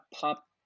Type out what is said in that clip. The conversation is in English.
pop